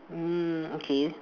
mm okay